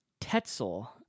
Tetzel